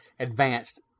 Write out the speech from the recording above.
advanced